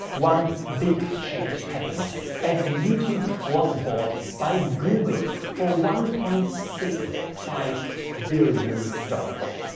one big change happened as youtube was bought by google for one point six five billion dollars.